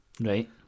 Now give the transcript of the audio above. Right